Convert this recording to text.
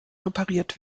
repariert